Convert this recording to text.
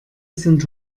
sind